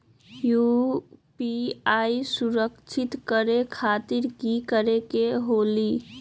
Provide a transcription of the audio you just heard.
UPI सुरक्षित करे खातिर कि करे के होलि?